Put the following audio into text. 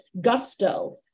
gusto